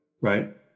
right